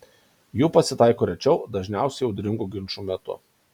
jų pasitaiko rečiau dažniausiai audringų ginčų metu